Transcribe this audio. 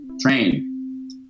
Train